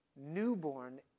newborn